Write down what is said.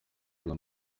can